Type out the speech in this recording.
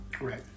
Right